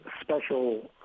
special